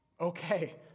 Okay